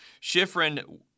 Schifrin